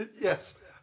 Yes